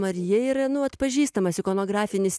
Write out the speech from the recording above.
marija yra nu atpažįstamas ikonografinis